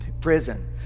prison